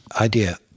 idea